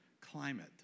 climate